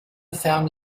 ferme